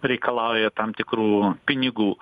reikalauja tam tikrų pinigų